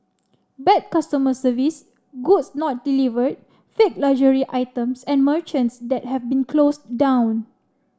bad customer service goods not delivered fake luxury items and merchants that have been closed down